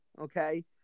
okay